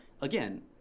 again